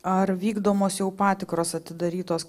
ar vykdomos jau patikros atidarytos